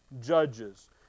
judges